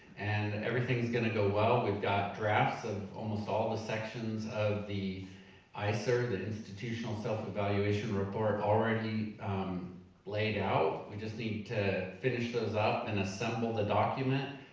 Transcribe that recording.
and everything's gonna go well. we've got drafts of almost all the sections of the iser, the institutional self-evaluation report already laid out. we just need to finish those up and assemble the document.